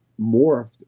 morphed